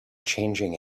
changing